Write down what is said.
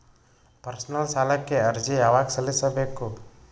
Personal ಸಾಲಕ್ಕೆ ಅರ್ಜಿ ಯವಾಗ ಸಲ್ಲಿಸಬೇಕು?